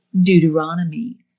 Deuteronomy